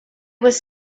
was